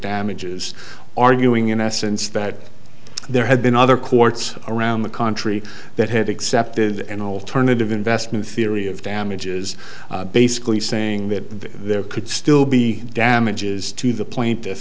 damages arguing in essence that there had been other courts around the country that had accepted an alternative investment theory of damages basically saying that there could still be damages to the plaintif